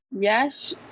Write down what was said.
Yes